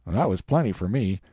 that was plenty for me.